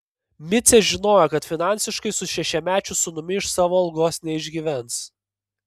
micė žinojo kad finansiškai su šešiamečiu sūnumi iš savo algos neišgyvens